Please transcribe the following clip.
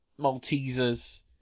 Maltesers